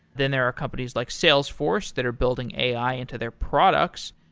then, there are companies like salesforce that are building a i. into their products.